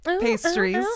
pastries